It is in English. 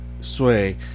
Sway